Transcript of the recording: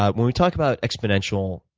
ah when we talked about exponential,